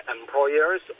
employers